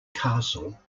castle